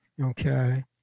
okay